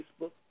Facebook